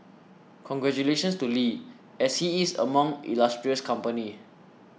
congratulations to Lee as he is among illustrious company